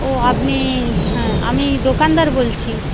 ও আপনি হ্যাঁ আমি দোকানদার বলছি